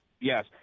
Yes